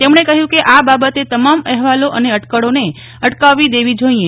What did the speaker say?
તેમણે કહ્યું કેઆ બાબતે તમામ અહેવાલો અને અટકળોને અટકાવવી દેવી જોઇએ